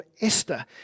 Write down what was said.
Esther